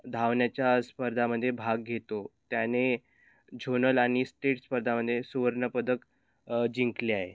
धावण्याच्या स्पर्धामध्ये भाग घेतो त्याने झोनल आणि स्टेट स्पर्धामध्ये सुवर्णपदक जिंकले आहे